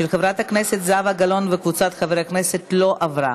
של חברת הכנסת זהבה גלאון וקבוצת חברי הכנסת לא עברה.